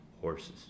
Horses